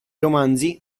romanzi